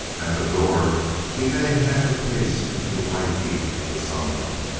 at the door he made half a pace into the white heat of the sunlight.